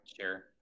sure